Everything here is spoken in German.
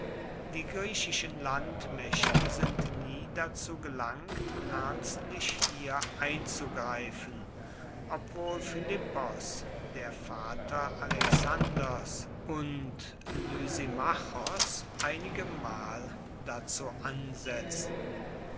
die griechischen landmächte sind nie dazu gelangt ernstlich hier einzugreifen obwohl philippos der vater alexanders und lysimachos einigemal dazu ansetzten